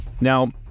Now